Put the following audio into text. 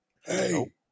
Hey